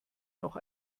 noch